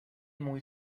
muy